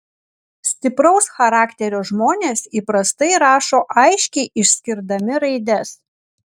stipraus charakterio žmonės įprastai rašo aiškiai išskirdami raides